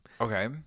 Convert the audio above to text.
Okay